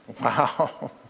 Wow